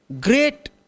great